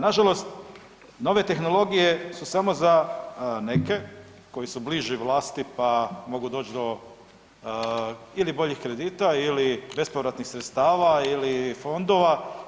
Na žalost nove tehnologije su samo za neke koji su bliži vlasti, pa mogu doći do ili boljih kredita, ili bespovratnih sredstava ili fondova.